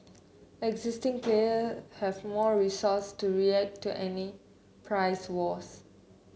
existing player have more resource to react to any price wars